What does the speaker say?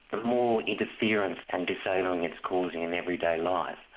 the more interference and disabling it's causing in everyday life,